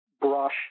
brush